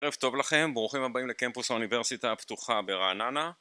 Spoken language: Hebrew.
ערב טוב לכם, ברוכים הבאים לקמפוס האוניברסיטה הפתוחה ברעננה